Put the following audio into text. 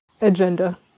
agenda